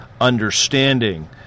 understanding